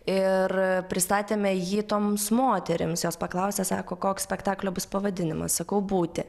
ir pristatėme jį toms moterims jos paklausė sako koks spektaklio bus pavadinimas sakau būti